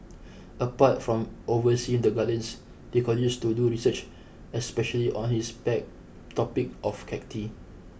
apart from overseeing the Gardens he continues to do research especially on his pet topic of cacti